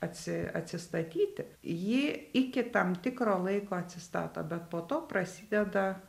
atsi atsistatyti ji iki tam tikro laiko atsistato bet po to prasideda